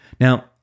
Now